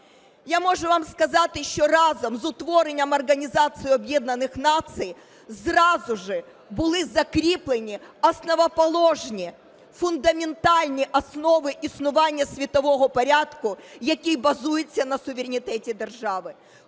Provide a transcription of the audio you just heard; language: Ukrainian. Я можу вам сказати, що разом з утворенням Організації Об'єднаних Націй зразу ж були закріплені основоположні фундаментальні основи існування світового порядку, який базується на суверенітеті держави.